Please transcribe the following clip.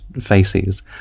faces